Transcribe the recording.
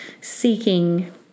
seeking